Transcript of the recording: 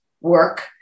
work